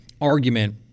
argument